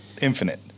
infinite